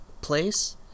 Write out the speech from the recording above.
place